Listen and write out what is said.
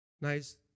nice